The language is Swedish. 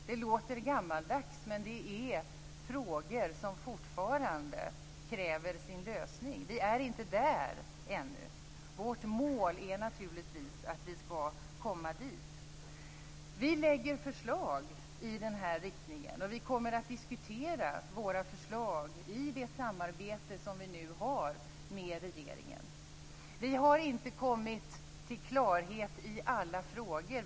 Det låter gammaldags, men det är frågor som fortfarande kräver sin lösning. Vi är inte där ännu. Vårt mål är naturligtvis att vi skall komma dit. Vi lägger fram förslag i denna riktning, och vi kommer att diskutera våra förslag i det samarbete som vi nu har med regeringen. Vi har inte kommit till klarhet i alla frågor.